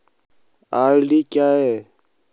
RD क्या है?